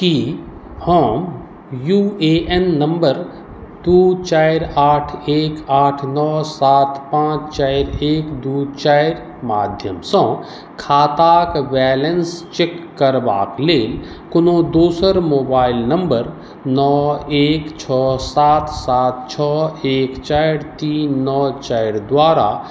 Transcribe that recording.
की हम U A N number दू चारि आठ एक आठ नओ सात पाँच चारि एक दू चारि माध्यमसँ खाताक बैलेंस चेक करबाक लेल कोनो दोसर मोबाइल नम्बर नओ एक छओ सात सात छओ एक चारि तीन नओ चारि द्वारा